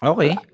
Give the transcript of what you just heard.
Okay